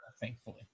Thankfully